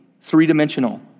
three-dimensional